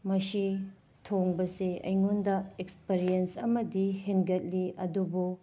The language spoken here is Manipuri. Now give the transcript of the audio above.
ꯃꯁꯤ ꯊꯣꯡꯕꯁꯦ ꯑꯩꯉꯣꯟꯗ ꯑꯦꯛꯁꯄꯔꯤꯌꯦꯟꯁ ꯑꯃꯗꯤ ꯍꯦꯟꯒꯠꯂꯤ ꯑꯗꯨꯕꯨ